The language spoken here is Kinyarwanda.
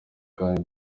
kandi